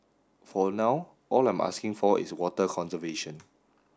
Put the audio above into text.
for now all I'm asking for is water conservation